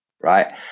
Right